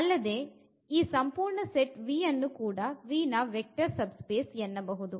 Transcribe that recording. ಅದಲ್ಲದೇ ಈ ಸಂಪೂರ್ಣ ಸೆಟ್ V ಅನ್ನು ಕೂಡ V ನ ವೆಕ್ಟರ್ ಸಬ್ ಸ್ಪೇಸ್ ಎನ್ನಬಹುದು